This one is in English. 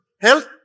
health